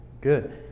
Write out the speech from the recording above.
Good